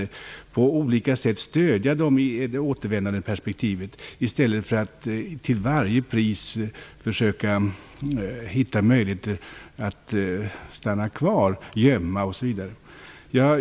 De borde på olika sätt stödjas i återvändandeperspektivet, i stället för att man till varje pris skall försöka hitta möjligheter för dem att stanna kvar, gömma sig osv.